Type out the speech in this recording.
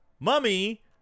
Mummy